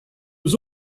was